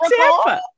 Tampa